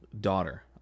daughter